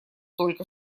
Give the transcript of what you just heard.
только